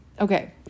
okay